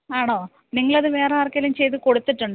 ആണോ നിങ്ങൾ അത് വേറെ ആർക്കെങ്കിലും ചെയ്തു കൊടുത്തിട്ടുണ്ടോ